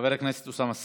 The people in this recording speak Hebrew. חבר הכנסת אוסאמה סעדי.